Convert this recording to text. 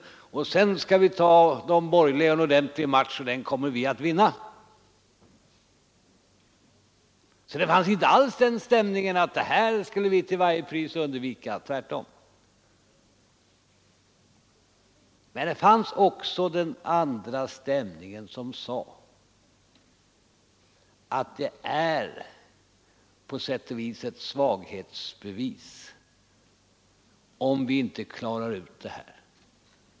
Sedan skall vi ge de borgerliga en ordentlig match, och den kommer vi att vinna. Det fanns inte alls någon stämning att ett val skulle vi till varje pris undvika. Tvärtom! Men det fanns också den andra stämningen som sade att det på sätt och vis vore ett svaghetsbevis, om vi inte klarade ut det här.